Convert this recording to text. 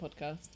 podcast